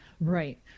Right